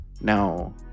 now